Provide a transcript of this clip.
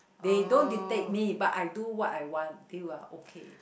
they don't dictate me but I do what I want they are okay